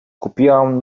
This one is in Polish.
kupiłam